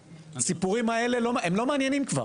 הסיפורים האלה לא מעניינים כבר,